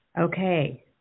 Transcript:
Okay